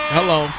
Hello